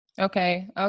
Okay